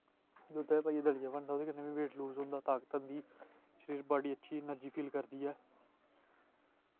दुध्दै च पाइयै दलियां बनदा ओह्दै कन्नै बी वेट लूज़ होंदा ताकत आंदी शरीर बॉड्डी अच्छी अनर्जी फील करनी ऐ